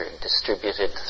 distributed